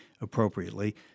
appropriately